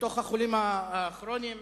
מהחולים הכרוניים,